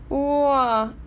!wah!